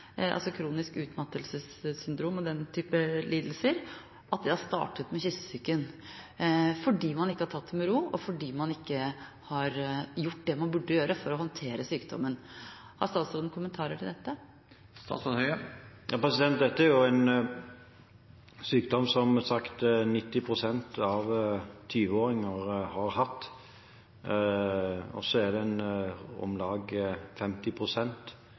altså kronisk utmattelsessyndrom og den type lidelser, har det startet med kyssesyken fordi man ikke har tatt det med ro, og fordi man ikke har gjort det man burde gjøre for å håndtere sykdommen. Har statsråden kommentarer til dette? Dette er en sykdom som – som sagt – 90 pst. av 20-åringer har hatt, og det er om lag